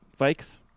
Vikes